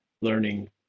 learning